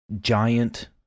giant